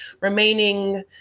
remaining